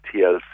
TLC